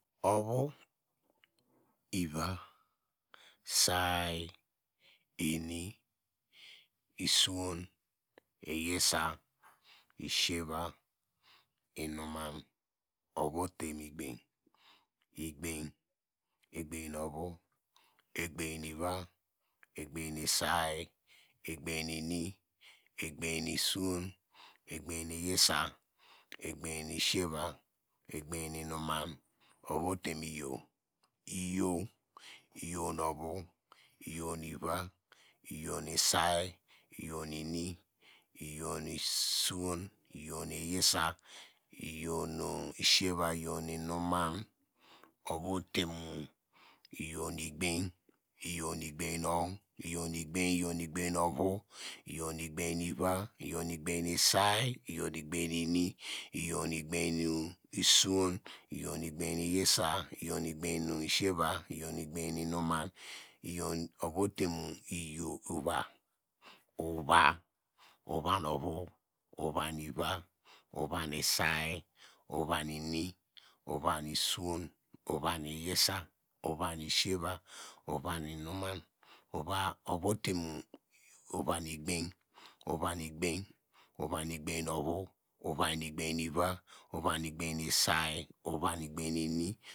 Ovu, ivi, saý, ini, suwon, yisa, siyeva, inuman, ovu ote imu legbany, egbany, egbanu nu ovu, egbany ivi, egbany say, egbany nu ini, egbany egbany nu suwon, egbany nu yisa, egbany nu ini, egbany egbany nu suwon, egbany nu yisa, egbany nu siyeva, egbany nu inuman, ovu ote mu iyow, iyow, iyow nu ovu iyow nu ivi, iyow nu say, iyow nu ini, iyow nu suwon, iyow mu yisa, iyow nu siyeva, iyow nu inuman ovu ote mu iyow nu egbany, iyow nu egbany iyow nu egbany iyow nu egbany nu ovu, iyow nu egbany nu ivi iyow nu egbany nu saý iyow nu egbany nu ini iyow nu egbany nu suwon iyow nu egbany nu yisa iyow nu egbany nu siyeva iyow nu egbany nu inumen ovu ote mu ova, uva, uva nu ovu, uva nu ivi uva nu say, uva nu ini uva nu suwon, uva nu yisa uva nu siyeva, uva nu inuman ovu ote mu ova nu egbany ovu nu egbany, ovu nu egbany, ovu nu egbany nu ovu, ova nu egbany nu ovu, ova nu egbany nu ivi, uva nu egbany nu say, uva nu egbany nu ini